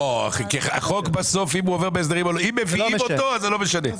אם מביאים אותו, לא משנה.